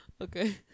Okay